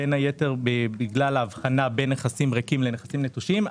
בין היתר בגלל ההבחנה בין נכסים ריקים לנכסים נטושים.